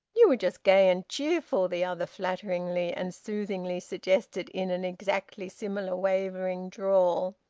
you were just gay and cheerful, the other flatteringly and soothingly suggested, in an exactly similar wavering drawl.